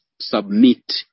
submit